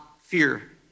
fear